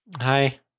Hi